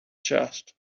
chest